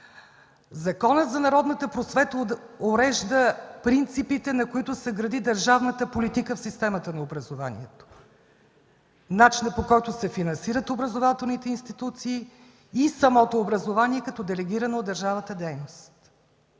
Законът за народната просвета урежда принципите, на които се гради държавната политика в системата на образованието, начина, по който се финансират образователните институции и самото образование, като делегирана от държавата дейност.